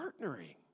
Partnering